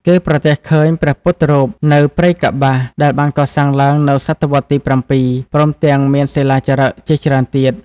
គេប្រទះឃើញ ព្រះពុទ្ធរូបនៅព្រៃកប្បាស ដែលបានកសាងឡើងនៅស.វ.ទី ៧ ព្រមទាំងមាន សិលាចារឹកជាច្រើនទៀត ។